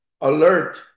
alert